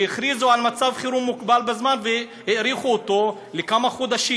התקומם על שהכריזו על מצב חירום מוגבל בזמן והאריכו אותו בכמה חודשים: